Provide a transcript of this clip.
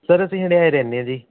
sir ਅਸੀਂ ਹੰਡਿਆਏ ਰਹਿੰਦੇ ਹਾਂ ਜੀ